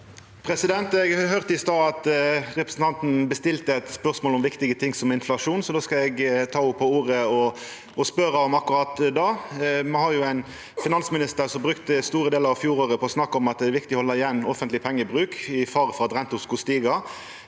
Eg høyrde i stad at representanten bestilte eit spørsmål om viktige ting som inflasjon, så då skal eg ta ho på ordet og spørja om akkurat det. Me har ein finansminister som brukte store delar av fjoråret på å snakka om at det er viktig å halda igjen på offentleg pengebruk, i fare for at renta skulle stiga.